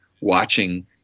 watching